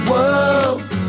World